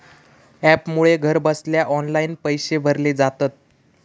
ॲपमुळे घरबसल्या ऑनलाईन पैशे भरले जातत